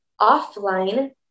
offline